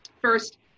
First